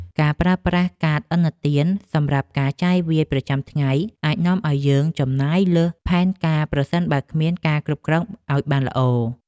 ការប្រើប្រាស់កាតឥណទានសម្រាប់ការចាយវាយប្រចាំថ្ងៃអាចនាំឱ្យយើងចំណាយលើសផែនការប្រសិនបើគ្មានការគ្រប់គ្រងឱ្យបានល្អ។